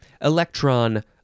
electron